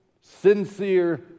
sincere